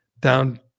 down –